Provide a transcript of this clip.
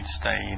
stay